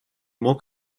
мог